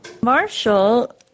marshall